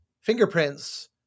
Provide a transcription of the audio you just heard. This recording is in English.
fingerprints –